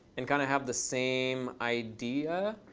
and kind of have the same idea.